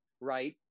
right